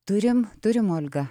turim turim olga